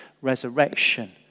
resurrection